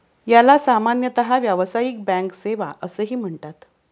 याला सामान्यतः व्यावसायिक बँक सेवा असेही म्हणतात